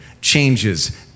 changes